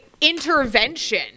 intervention